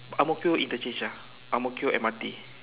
Ang-Mo-Kio interchange ah Ang-Mo-Kio M_R_T